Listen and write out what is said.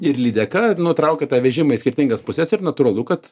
ir lydeka nu traukia tą vežimą į skirtingas puses ir natūralu kad